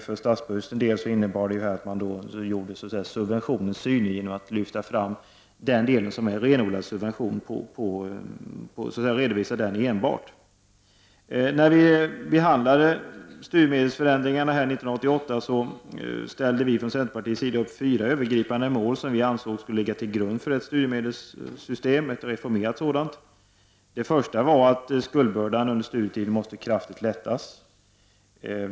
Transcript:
För statsbudgeten innebar det att man gjorde subventionen synlig genom att enbart redovisa den renodlade subventionen. När vi behandlade studiemedelsförändringarna 1988 ställde vi från centerpartiets sida upp fyra övergripande mål, som vi ansåg skulle ligga till grund för ett reformerat studiemedelssystem. Det första var att skuldbördan efter studietiden kraftigt måste lättas.